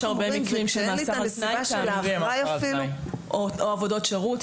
יש הרבה מקרים של מאסר על תנאי או עבודות שירות.